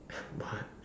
what